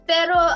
Pero